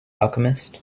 alchemist